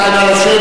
רבותי, נא לשבת.